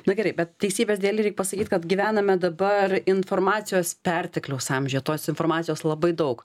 na gerai bet teisybės dėlei reik pasakyt kad gyvename dabar informacijos pertekliaus amžiuje tos informacijos labai daug